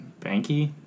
Banky